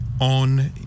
On